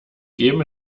geben